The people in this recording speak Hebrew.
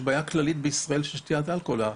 יש בעיה כללית בישראל של שתיית אלכוהול.